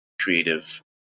creative